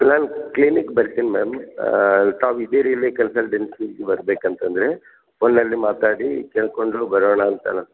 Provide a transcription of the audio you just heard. ma'am clinic ಬರ್ತೀನಿ ma'am ತಾವು ಇದ್ದೀರಿ ಇಲ್ಲಿ ಅಂತ ಬರ್ಬೇಕು ಅಂತ ಅಂದರೆ ಫೋನಲ್ಲಿ ಮಾತಾಡಿ ಕೇಳಿಕೊಂಡು ಬರೋಣ ಅಂತಲಾ